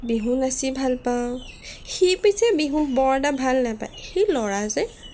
বিহু নাচি ভালপাওঁ সি পিছে বিহু বৰ এটা ভাল নেপায় সি ল'ৰা যে